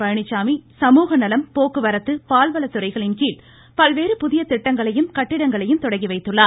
பழனிச்சாமி சமூக நலம் போக்குவரத்து பால் வளத் துறைகளின் கீழ் பல்வேறு புதிய திட்டங்களையும் கட்டடங்களையும் தொடங்கிவைத்துள்ளார்